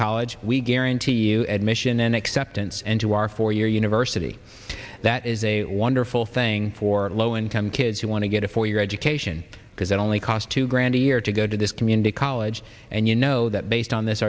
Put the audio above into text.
college we guarantee you admission and acceptance into our four year university that is a wonderful thing for low income kids who want to get a four year education because it only cost two grand a year to go to this community college and you know that based on this